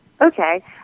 Okay